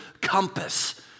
compass